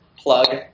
plug